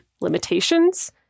limitations